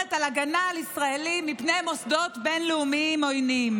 מדברת על הגנה על ישראלים מפני מוסדות בין-לאומיים עוינים.